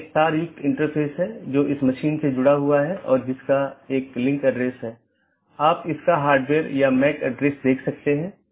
OSPF और RIP का उपयोग AS के माध्यम से सूचना ले जाने के लिए किया जाता है अन्यथा पैकेट को कैसे अग्रेषित किया जाएगा